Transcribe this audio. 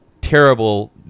terrible